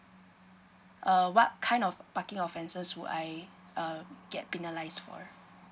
err what kind of parking offences would I um get penalise for